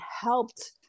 helped